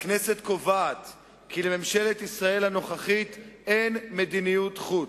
הכנסת קובעת כי לממשלת ישראל הנוכחית אין מדיניות חוץ,